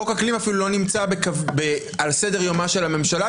חוק אקלים אפילו לא נמצא על סדר-יומה של הממשלה,